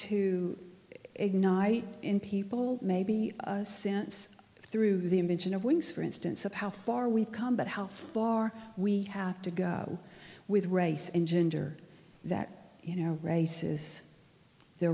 to ignite in people maybe a sense through the invention of wings for instance of how far we've come but how far we have to go with race and gender that you know races the